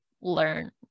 learn